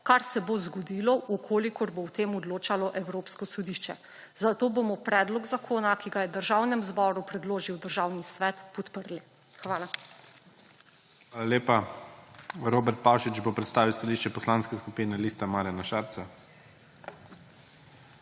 kar se bo zgodilo, v kolikor bo o tem odločalo Evropsko sodišče, zato bomo predlog zakona, ki ga je Državnem zboru predložil Državni svet, podprli. Hvala. **PREDSEDNIK IGOR ZORČIČ:** Hvala lepa. Robert Pavšič bo predstavil stališče Poslanske skupine Lista Marjana Šarca.